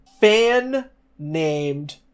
fan-named